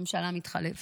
ממשלה מתחלפת,